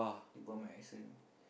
they bought my accent